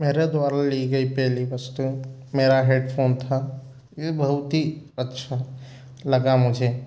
मेरे द्वारा ली गई पहली वस्तु मेरा हेडफ़ोन था ये बहुत ही अच्छा लगा मुझे